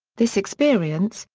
this experience,